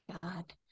god